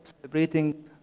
celebrating